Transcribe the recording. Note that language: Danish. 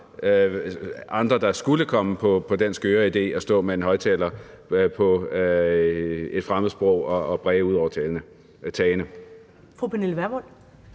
andre, der skulle komme på den skøre idé at stå med en højtaler og på et fremmedsprog bræge ud over tagene. Kl. 16:36 Første